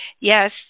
yes